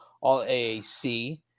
all-AAC